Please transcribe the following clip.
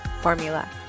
formula